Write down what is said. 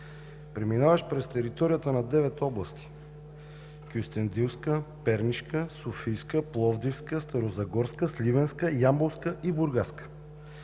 преминаващ през територията на девет области: Кюстендилска, Пернишка, Софийска, Пловдивска, Старозагорска, Сливенска, Ямболка и Бургаска.